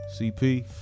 CP